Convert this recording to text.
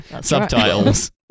subtitles